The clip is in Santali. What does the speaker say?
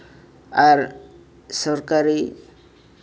ᱟᱨ ᱥᱚᱨᱠᱟᱨᱤ